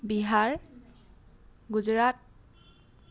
Bihar Gujarat